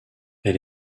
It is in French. elle